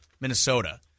Minnesota